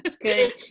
good